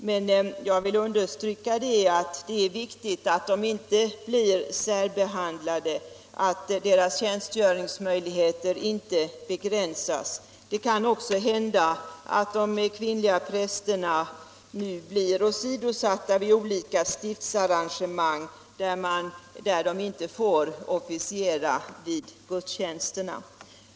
Men jag vill samtidigt understryka att det är viktigt att de inte särbehandlas och att deras tjänstgöringsmöjligheter inte begränsas. Det kan också hända att de kvinnliga prästerna nu blir åsidosatta vid olika stiftsarrangemang, där de inte får officiera vid gudstjänsterna.